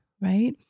right